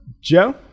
joe